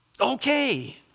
Okay